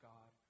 God